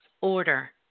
order